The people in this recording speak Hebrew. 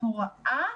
הוראה